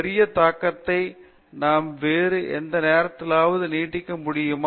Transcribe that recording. பெரிய தாக்கத்தை நாம் வேறு எந்த நேரத்திலும் நீட்டிக்க முடியும்